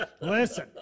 Listen